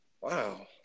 Wow